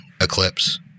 Eclipse